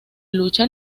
lucha